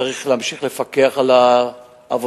צריך להמשיך לפקח על העבודה,